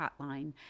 Hotline